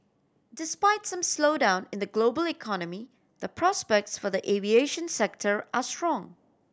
despite some slowdown in the global economy the prospects for the aviation sector are strong